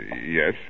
Yes